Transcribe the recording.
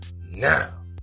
Now